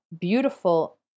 beautiful